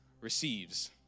receives